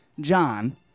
John